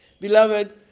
Beloved